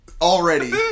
already